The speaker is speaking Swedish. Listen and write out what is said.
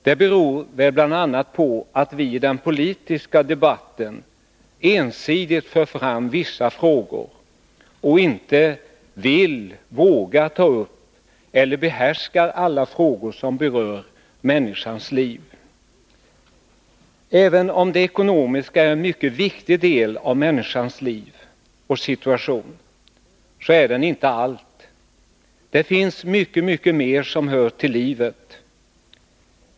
Det beror väl bl.a. på att vi i den politiska debatten ensidigt för fram vissa frågor och inte vill eller vågar ta upp eller inte behärskar alla frågor som berör människans liv. Även om det ekonomiska är en mycket viktig del av människans liv och situation, så är det inte allt. Det finns mycket, mycket mer som hör till livet.